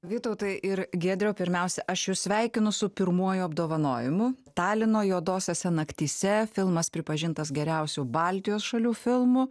vytautai ir giedriau pirmiausia aš jus sveikinu su pirmuoju apdovanojimu talino juodosiose naktyse filmas pripažintas geriausiu baltijos šalių filmu